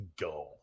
go